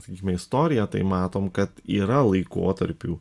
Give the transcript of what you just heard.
sakykime istoriją tai matome kad yra laikotarpių